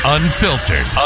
Unfiltered